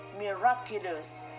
miraculous